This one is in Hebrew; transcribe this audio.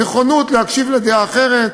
נכונות להקשיב לדעה אחרת,